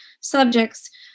subjects